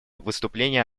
выступление